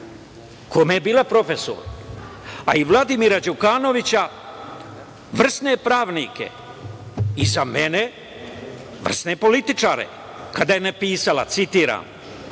kome je bila profesor, a i Vladimira Đukanovića, vrsne pravnike i za mene vrsne političare, kada je napisala, citiram: